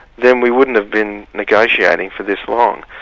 then we wouldn't have been negotiating for this long.